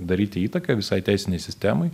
daryti įtaką visai teisinei sistemai